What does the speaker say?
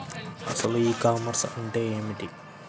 అసలు e commerce అంటే ఏమిటి?